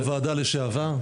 יו"ר ועדה לשעבר.